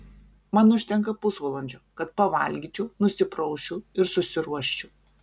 man užtenka pusvalandžio kad pavalgyčiau nusiprausčiau ir susiruoščiau